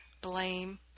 blame